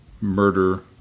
murder